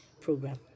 program